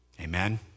Amen